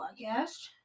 podcast